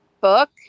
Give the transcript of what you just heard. book